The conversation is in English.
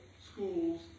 schools